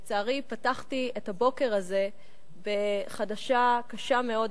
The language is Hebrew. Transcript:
לצערי פתחתי את הבוקר הזה בחדשה קשה מאוד,